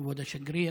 כבוד השגריר,